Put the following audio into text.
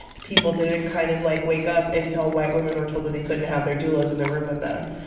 people didn't kind of like wake up until white women were told that they couldn't have their doulas in the room with them.